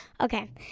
Okay